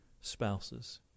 spouses